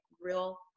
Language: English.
real